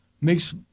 makes